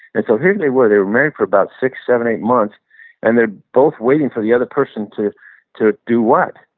and so here, they were. they were married for about six, seven, eight months and they're both waiting for the other person to to do what,